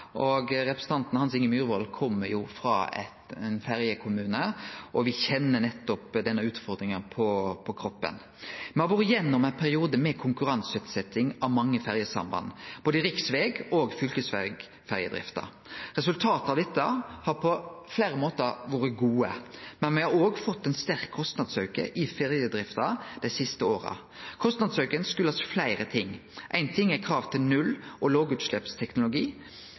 Representanten Hans Inge Myrvold kjem jo frå ein ferjekommune og vil kjenne nettopp denne utfordringa på kroppen. Me har vore gjennom ein periode med konkurranseutsetjing av mange ferjesamband i både riksveg- og fylkesvegferjedrifta. Resultata av dette har på fleire måtar vore gode, men me har òg fått ein sterk kostnadsauke i ferjedrifta dei siste åra. Kostnadsauken kjem av fleire ting. Ein ting er krav til null- og lågutsleppsteknologi